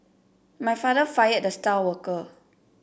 my father fired the star worker